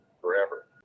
forever